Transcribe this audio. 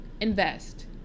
Invest